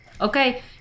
Okay